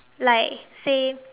like same